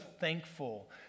thankful